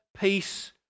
peace